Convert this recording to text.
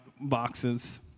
boxes